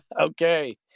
Okay